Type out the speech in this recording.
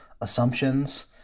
assumptions